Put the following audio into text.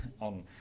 on